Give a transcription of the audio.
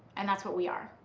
and that's where we are.